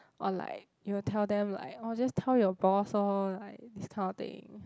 or like we will tell them like oh just tell your boss lor like this kind of thing